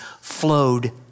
flowed